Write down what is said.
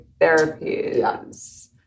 therapies